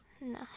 No